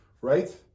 right